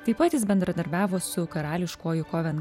taip pat jis bendradarbiavo su karališkuoju koven